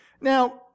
Now